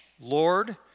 Lord